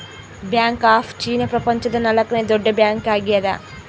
bank of China ಪ್ರಪಂಚದ ನಾಲ್ಕನೆ ದೊಡ್ಡ ಬ್ಯಾಂಕ್ ಆಗ್ಯದ